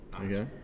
okay